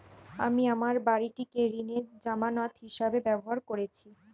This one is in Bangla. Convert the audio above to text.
আমি আমার বাড়িটিকে ঋণের জামানত হিসাবে ব্যবহার করেছি